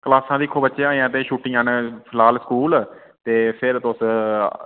क्लासां दिक्खो बच्चे अजें ते छुट्टियां न फ़िलहाल स्कूल ते फिर तुस